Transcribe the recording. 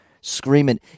Screaming